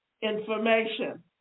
information